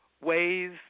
ways